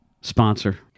sponsor